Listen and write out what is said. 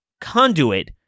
conduit